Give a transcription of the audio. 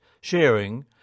sharing